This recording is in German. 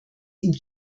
ihm